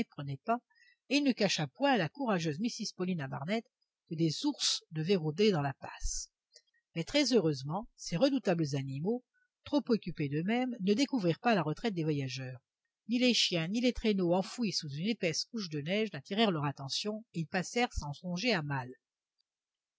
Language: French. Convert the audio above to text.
pas et il ne cacha point à la courageuse mrs paulina barnett que des ours devaient rôder dans la passe mais très heureusement ces redoutables animaux trop occupés d'eux-mêmes ne découvrirent pas la retraite des voyageurs ni les chiens ni les traîneaux enfouis sous une épaisse couche de neige n'attirèrent leur attention et ils passèrent sans songer à mal